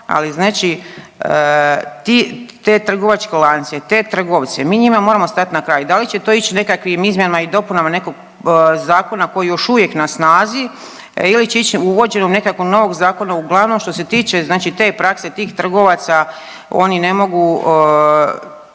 ali znači te trgovačka lance te trgovce mi njima moramo stat na kraj. Da li će to ići nekakvim izmjenama i dopunama nekog zakona koji je još uvijek na snazi ili će ić … nekakvog novog zakona, uglavnom što se tiče te prakse, tih trgovaca oni ne mogu